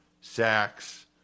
Sacks